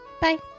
Bye